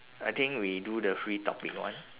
I think we do the free topic one